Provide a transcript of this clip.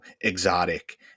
exotic